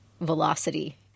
velocity